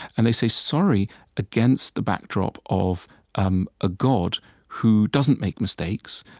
and they say sorry against the backdrop of um a god who doesn't make mistakes,